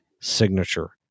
signature